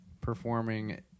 performing –